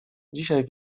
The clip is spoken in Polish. dzisiaj